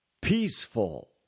peaceful